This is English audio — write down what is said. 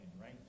Right